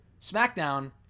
SmackDown